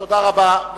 תודה רבה.